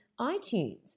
iTunes